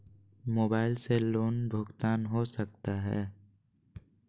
Mobile से loan भुगतान हो सकता है?